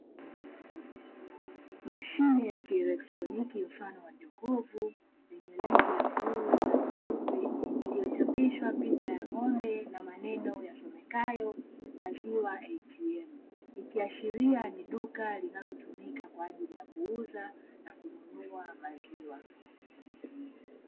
Mashine ya kielektroniki mfano wa jokofu lenye rangi ya bluu na nyeupe iliyochapishwa picha ya ng'ombe na maneno yasomekayo "maziwa ATM" ikiashiria ni duka linalotumika kwa ajili ya kuuza na kununua maziwa.